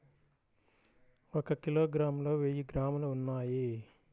ఒక కిలోగ్రామ్ లో వెయ్యి గ్రాములు ఉన్నాయి